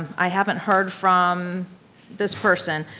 i haven't heard from this person.